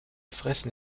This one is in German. fressen